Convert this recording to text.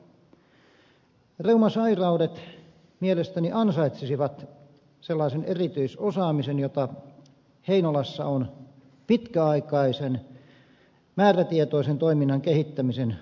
reumasairaudet mielestäni ansaitsisivat sellaisen erityisosaamisen jota heinolassa on pitkäaikaisen määrätietoisen toiminnan kehittämisen vuoksi tullut